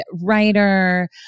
writer